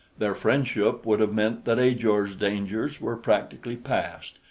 their friendship would have meant that ajor's dangers were practically passed,